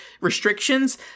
restrictions